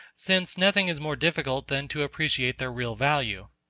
since nothing is more difficult than to appreciate their real value.